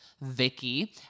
Vicky